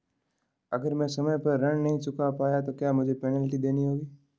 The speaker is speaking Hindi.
अगर मैं समय पर ऋण नहीं चुका पाया तो क्या मुझे पेनल्टी देनी होगी?